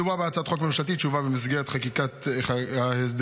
מדובר בהצעת חוק ממשלתית שהובאה במסגרת חקיקת ההסדרים